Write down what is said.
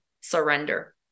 surrender